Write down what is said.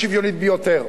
ואז, לפני שנתיים,